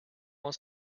wants